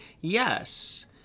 yes